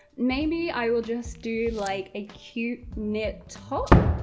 maybe i will just do like a cute knit top.